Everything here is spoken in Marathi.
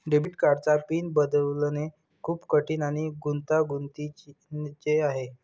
डेबिट कार्डचा पिन बदलणे खूप कठीण आणि गुंतागुंतीचे आहे